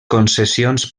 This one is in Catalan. concessions